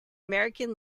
american